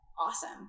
awesome